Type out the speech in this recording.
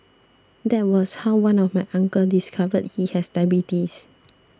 that was how one of my uncle discovered he has diabetes